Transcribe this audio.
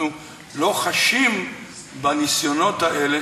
אנחנו לא חשים בניסיונות האלה,